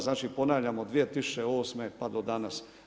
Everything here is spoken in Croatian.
Znači ponavljam, od 2008. pa do danas.